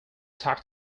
talk